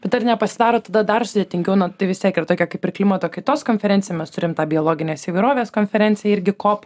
bet ar nepasidaro tada dar sudėtingiau na tai vis tiek ir tokia kaip ir klimato kaitos konferencija mes turim tą biologinės įvairovės konferenciją irgi kop